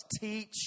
Teach